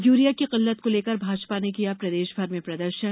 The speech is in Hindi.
यूरिया की किल्लत को लेकर भाजपा ने किया प्रदेशभर में प्रदर्शन